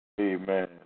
Amen